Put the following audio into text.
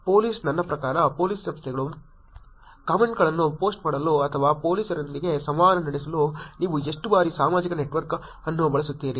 police ನನ್ನ ಪ್ರಕಾರ police ಸಂಸ್ಥೆಗಳು ಕಾಮೆಂಟ್ಗಳನ್ನು ಪೋಸ್ಟ್ ಮಾಡಲು ಅಥವಾ ಪೊಲೀಸರೊಂದಿಗೆ ಸಂವಹನ ನಡೆಸಲು ನೀವು ಎಷ್ಟು ಬಾರಿ ಸಾಮಾಜಿಕ ನೆಟ್ವರ್ಕ್ ಅನ್ನು ಬಳಸುತ್ತೀರಿ